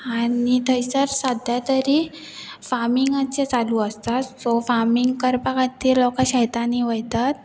आनी थंयसर सद्या तरी फार्मींगाचे चालू आसता सो फार्मींग करपा खातीर लोकां शेतांनी वयतात